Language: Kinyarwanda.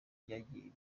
byagiye